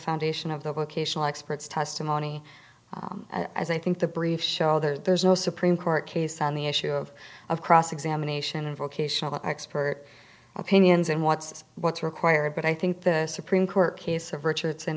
foundation of the vocational experts testimony as i think the brief show there's no supreme court case on the issue of of cross examination of vocational expert opinions and what's what's required but i think the supreme court case of richardson